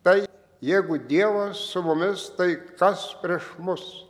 tai jeigu dievas su mumis tai kas prieš mus